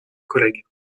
collègues